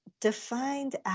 defined